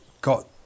got